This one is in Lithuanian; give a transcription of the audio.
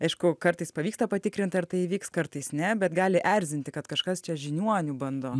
aišku kartais pavyksta patikrint ar tai įvyks kartais ne bet gali erzinti kad kažkas čia žiniuoniu bando